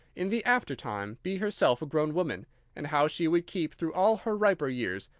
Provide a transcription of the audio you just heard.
in the after-time, be herself a grown woman and how she would keep, through all her riper years,